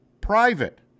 private